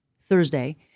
Thursday